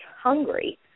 hungry